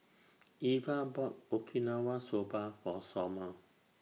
Iva bought Okinawa Soba For Somer